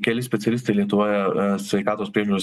keli specialistai lietuvoje sveikatos priežiūros